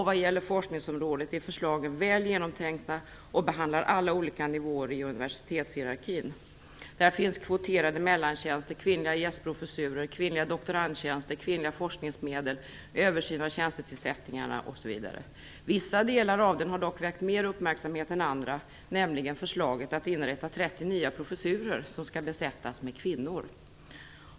Vad gäller forskningsområdet är förslagen väl genomtänkta och behandlar alla olika nivåer i universitetshierarkin. Där finns kvoterade mellantjänster, kvinnliga gästprofessurer, kvinnliga doktorandtjänster, kvinnliga forskningsmedel, översyn av tjänstetillsättningarna osv. Vissa delar av propositionen har dock väckt mer uppmärksamhet än andra, nämligen förslaget att inrätta 30 nya professurer som skall besättas med kvinnor.